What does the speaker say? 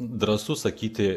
drąsu sakyti